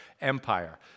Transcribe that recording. empire